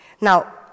Now